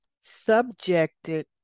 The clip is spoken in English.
Subjected